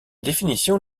définitions